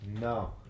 No